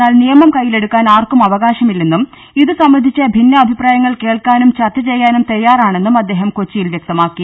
എന്നാൽ നിയമം കയ്യിലെടുക്കാൻ ആർക്കും അവ കാശമില്ലെന്നും ഇതു സംബന്ധിച്ച ഭിന്നാഭിപ്രായങ്ങൾ കേൾക്കാനും ചർച്ച് ചെയ്യാനും തയ്യാറാണെന്നും അദ്ദേഹം കൊച്ചി യിൽ വ്യക്തമാക്കി